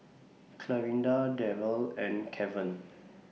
Clarinda Daryl and Keven